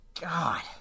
God